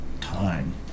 time